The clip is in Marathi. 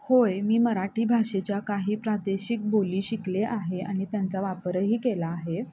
होय मी मराठी भाषेच्या काही प्रादेशिक बोली शिकले आहे आणि त्यांचा वापरही केला आहे